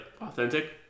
authentic